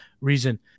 reason